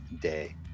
day